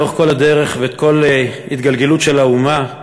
לאורך כל הדרך וכל התגלגלות האומה,